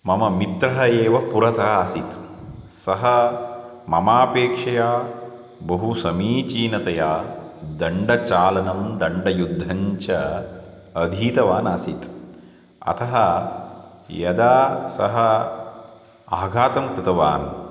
मम मित्रः एव पुरतः आसीत् सः ममापेक्षया बहुसमीचीनतया दण्डचालनं दण्डयुद्धञ्च अधीतवान् आसीत् अतः यदा सः आघातं कृतवान्